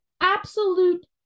absolute